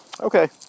Okay